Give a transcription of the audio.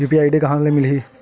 UPI ID कहां ले मिलही?